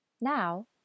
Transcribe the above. Now